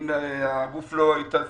אם הגוף לא איתן פיננסית,